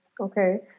Okay